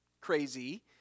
crazy